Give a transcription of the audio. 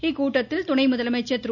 இக்கூட்டத்தில் துணை முதலமைச்சர் திரு